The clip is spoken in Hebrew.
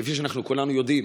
כפי שכולנו יודעים,